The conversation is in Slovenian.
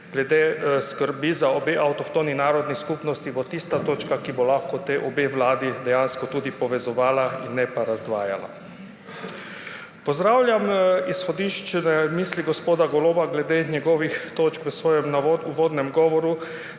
glede skrbi za obe avtohtoni narodni skupnosti tista točka, ki bo lahko obe vladi dejansko povezovala, ne pa razdvajala. Pozdravljam izhodiščne misli gospoda Goloba glede njegovih točk v svojem uvodnem govoru,